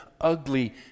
ugly